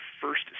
first